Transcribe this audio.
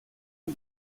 luc